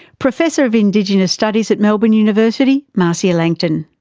professor of indigenous studies at melbourne university, marcia langton.